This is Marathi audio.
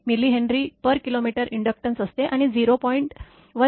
25 mHkm इंडक्टॅन्स असते आणि 0